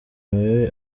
mibi